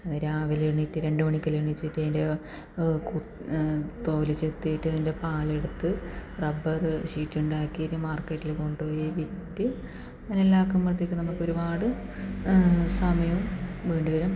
രാവിലെ എണീറ്റ് രണ്ടു മണിക്കെല്ലാം എണീച്ചിട്ട് അതിൻ്റെ തോല് ചെത്തിയിട്ട് അതിൻ്റെ പാലെടുത്ത് റബ്ബറ് ഷീറ്റുണ്ടാക്കിയിട്ട് മാർക്കറ്റില് കൊണ്ടുപോയി വിറ്റ് അങ്ങനെയെല്ലാം ആകുമ്പോഴത്തേക്കിനും നമുക്ക് ഒരുപാട് സമയവും വേണ്ടി വരും